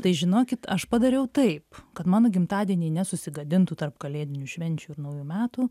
tai žinokit aš padariau taip kad mano gimtadieniai nesusigadintų tarp kalėdinių švenčių ir naujų metų